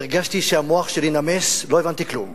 והרגשתי שהמוח שלי נמס, לא הבנתי כלום.